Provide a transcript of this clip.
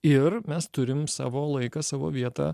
ir mes turim savo laiką savo vietą